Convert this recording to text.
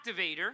activator